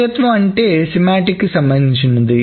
స్థిరత్వం అంటే సిమాంటిక్ కి సంబంధించింది